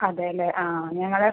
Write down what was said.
അതെ അല്ലെ ആ ഞങ്ങൾ